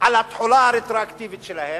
על התחולה הרטרואקטיבית שלהם,